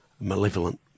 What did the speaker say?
malevolent